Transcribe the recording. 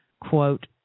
quote